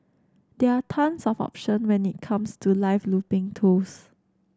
there are tons of option when it comes to live looping tools